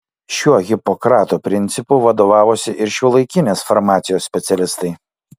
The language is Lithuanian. šiuo hipokrato principu vadovavosi ir šiuolaikinės farmacijos specialistai